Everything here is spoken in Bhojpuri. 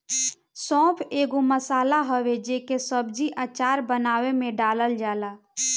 सौंफ एगो मसाला हवे जेके सब्जी, अचार बानवे में डालल जाला